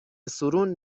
سورون